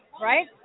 right